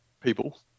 people